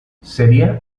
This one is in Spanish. sería